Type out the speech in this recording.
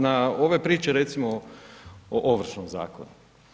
Na ove priče recimo o ovršnom zakonu.